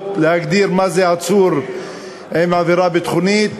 להגדיר מה זה עצור עם עבירה ביטחונית.